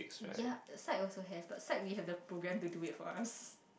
ya also has but we have the program to do it for us